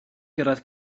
gyrraedd